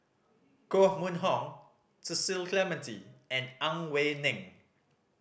Koh Mun Hong Cecil Clementi and Ang Wei Neng